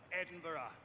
Edinburgh